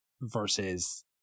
versus